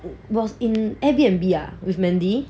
was in Airbnb ah with mandy